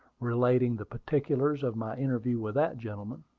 relating the particulars of my interview with that gentleman.